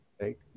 Right